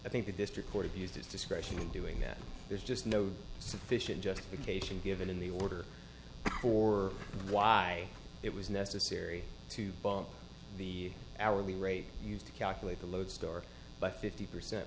i think the district court of used his discretion in doing that there's just no sufficient justification given in the order for why it was necessary to bump the hourly rate used to calculate the lodestar by fifty percent